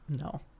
no